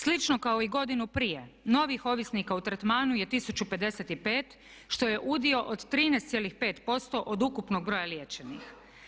Slično kao i godinu prije novih ovisnika u tretmanu je 1055. što je udio od 13,5% od ukupnog broja liječenih.